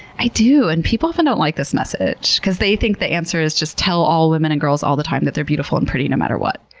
i do! and people often don't like this message, because they think the answer is just tell all women and girls all the time that they're beautiful and pretty no matter what.